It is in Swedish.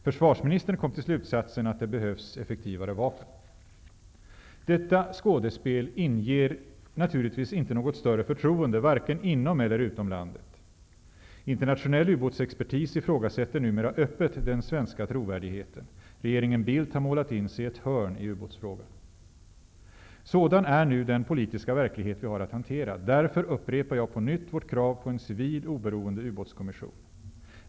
Försvarsministern kom till slutsatsen att det behövs effektivare vapen. Detta skådespel inger naturligtvis inte något större förtroende varken inom eller utom landet. Internationell ubåtsexpertis ifrågasätter numera öppet den svenska trovärdigheten. Regeringen Bildt har målat in sig i ett hörn i ubåtsfrågan. Sådan är nu den politiska verklighet vi har att hantera. Därför upprepar jag på nytt vårt krav på en civil oberoende ubåtskommission.